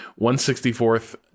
164th